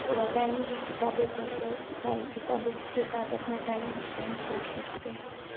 थोड़ा टाइम भी किताबें पढ़ कर टाइम किताबों के साथ अपना टाइम स्पेंड कर सकते है